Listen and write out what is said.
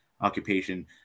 occupation